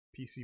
PC